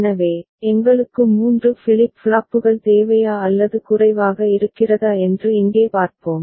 எனவே எங்களுக்கு 3 ஃபிளிப் ஃப்ளாப்புகள் தேவையா அல்லது குறைவாக இருக்கிறதா என்று இங்கே பார்ப்போம்